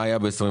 מה היה ב-20'?